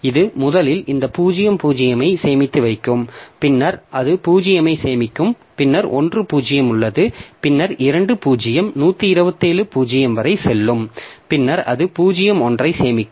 இது முதலில் இந்த 0 0 ஐ சேமித்து வைக்கும் பின்னர் அது 0 ஐ சேமிக்கும் பின்னர் 1 0 உள்ளது பின்னர் 2 0 127 0 வரை செல்லும் பின்னர் அது 0 1 ஐ சேமிக்கும்